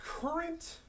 current